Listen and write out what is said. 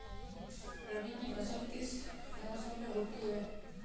रबी की फसल किस मौसम में होती है?